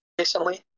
recently